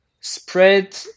spread